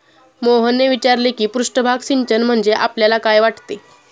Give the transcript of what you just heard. मोहनने विचारले की पृष्ठभाग सिंचन म्हणजे आपल्याला काय वाटते?